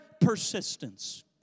persistence